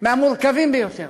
מהמורכבים ביותר.